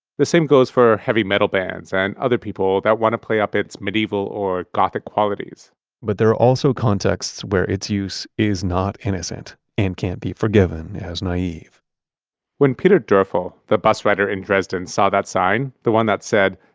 the same goes for heavy metal bands and other people that want to play up its medieval or gothic qualities but there are also contexts where its use is not innocent and can't be forgiven has naive when peter dorfell, the bus rider in dresden, saw that sign, the one that said,